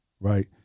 right